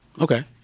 Okay